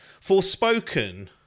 Forspoken